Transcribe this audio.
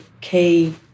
key